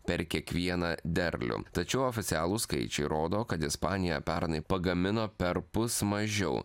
per kiekvieną derlių tačiau oficialūs skaičiai rodo kad ispanija pernai pagamino perpus mažiau